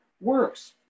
works